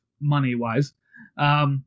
money-wise